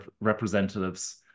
representatives